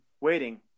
waiting